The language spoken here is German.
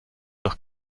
doch